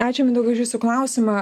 ačiū mindaugai už jūsų klausimą